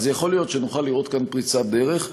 יכול להיות שנוכל לראות פה פריצת דרך.